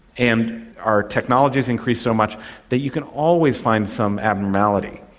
and our technology has increased so much that you can always find some abnormality.